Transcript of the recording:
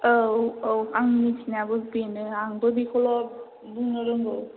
औ औ आं मिथिनायाबो बेनो आंबो बेखौल' बुंनो रोंगौ